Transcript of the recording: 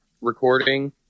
recording